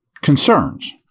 concerns